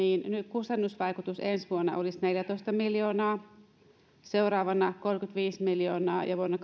kustannusvaikutus ensi vuonna olisi neljätoista miljoonaa seuraavana kolmekymmentäviisi miljoonaa ja vuonna